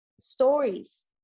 stories